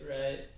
right